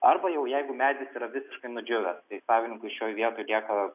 arba jau jeigu medis yra visiškai nudžiūvęs tai savininkui šioj vietoj lieka